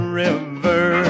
river